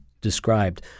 described